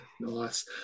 Nice